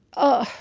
oh,